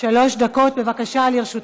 שלוש דקות לרשותך.